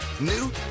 New